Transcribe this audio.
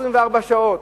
24 שעות,